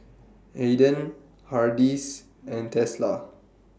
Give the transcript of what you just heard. Aden Hardy's and Tesla